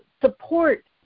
support